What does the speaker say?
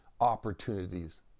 opportunities